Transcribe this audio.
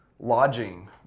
lodging